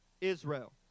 Israel